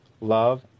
love